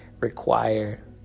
require